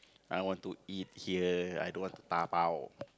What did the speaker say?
I want to eat here I don't want to dabao